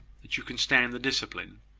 that you can stand the discipline?